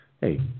Hey